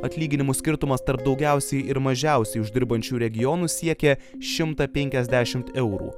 atlyginimų skirtumas tarp daugiausiai ir mažiausiai uždirbančių regionų siekė šimtą penkiasdešimt eurų